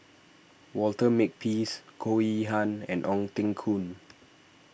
Walter Makepeace Goh Yihan and Ong Teng Koon